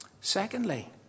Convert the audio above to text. Secondly